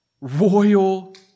royal